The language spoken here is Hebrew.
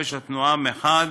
חופש התנועה מחד